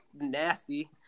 nasty